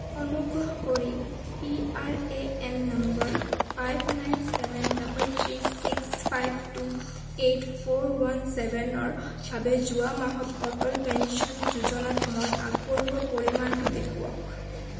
অনুগ্ৰহ কৰি P R A N number five nine seven double three six five two eight four one চেভেনৰ বাবে যোৱা মাহত অটল পেঞ্চন যোজনাত মই আগবঢ়োৱা পৰিমাণটো দেখুৱাওক